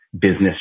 business